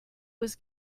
was